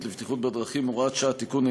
לבטיחות בדרכים (הוראת שעה) (תיקון),